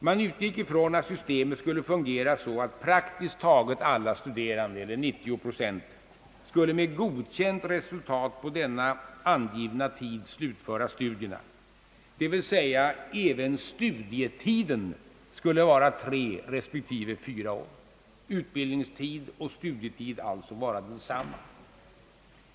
Man utgick ifrån att systemet skulle fungera så, att praktiskt taget alla studerande, eller 90 procent, skulle med godkänt resultat på den angivna tiden slutföra studierna, d. v. s, att även studietiden skulle vara tre respektive fyra år. Utbildningstid och studietid skulle alltså vara densamma.